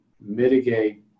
mitigate